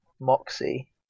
Moxie